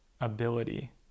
ability